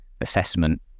assessment